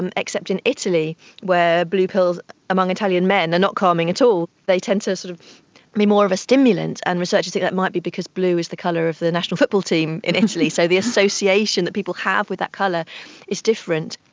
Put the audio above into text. and except in italy where blue pills among italian men are not calming at all, they tend to so sort of be more of a stimulant, and researchers think that might be because blue is the colour of the national football team in italy, so the association that people have without colour is different.